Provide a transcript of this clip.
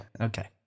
Okay